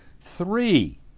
three